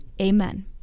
Amen